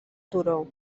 turó